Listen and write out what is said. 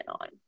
on